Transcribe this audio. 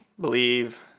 believe